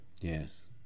Yes